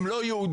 הם לא יהודים,